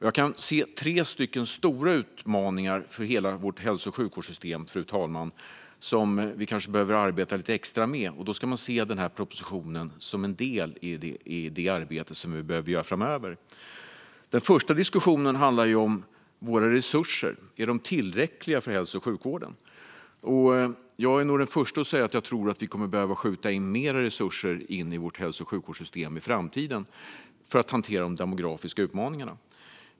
Jag kan se tre stora utmaningar för hela vårt hälso och sjukvårdssystem, fru talman, som vi kanske behöver arbeta lite extra med, och då ska man se den här propositionen som en del i det arbete som vi behöver göra framöver. Den första utmaningen handlar om våra resurser. Är de tillräckliga för hälso och sjukvården? Jag är nog den förste att säga att jag tror att vi kommer att behöva skjuta in mer resurser i vårt hälso och sjukvårdssystem i framtiden för att hantera de demografiska utmaningarna.